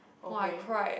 okay